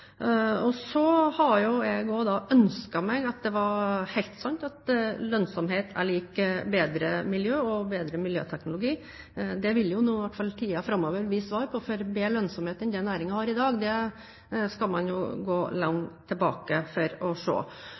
Så har jeg også ønsket at det var helt sant at lønnsomhet er lik bedre miljø og bedre miljøteknologi. Det vil nå i hvert fall tiden framover gi svar på, for bedre lønnsomhet enn det næringen har i dag, skal man gå langt tilbake for å se.